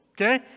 Okay